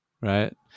Right